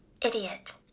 Idiot